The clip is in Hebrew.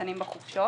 "ניצנים בחופשות"